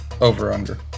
over-under